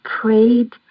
prayed